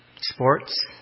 sports